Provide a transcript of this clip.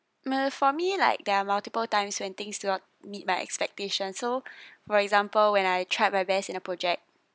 hmm for me like there are multiple times when things do not meet my expectations so for example when I tried my best in a project